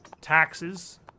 Taxes